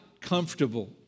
comfortable